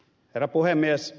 herra puhemies